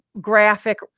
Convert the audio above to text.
graphic